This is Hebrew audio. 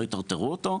לא יטרטרו אותו,